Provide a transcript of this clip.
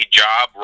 job